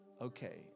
okay